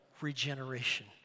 regeneration